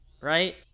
right